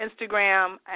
Instagram